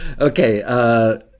Okay